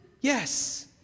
Yes